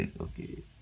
okay